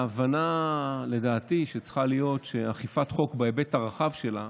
ההבנה שלדעתי צריכה להיות היא שאכיפת חוק בהיבט הרחב שלה